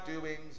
doings